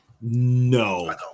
No